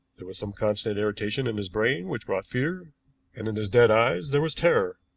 there was some constant irritation in his brain which brought fear, and in his dead eyes there was terror.